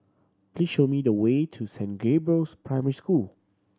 please show me the way to Saint Gabriel's Primary School